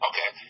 Okay